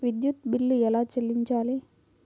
విద్యుత్ బిల్ ఎలా చెల్లించాలి?